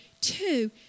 two